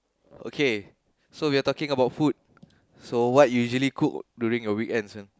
okay so we are talking about food so what you usually cook during your weekends one